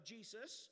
Jesus